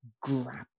grab